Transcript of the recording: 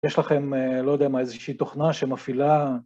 יש לכם לא יודע מה, איזושהי תוכנה שמפעילה...